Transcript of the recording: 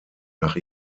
nach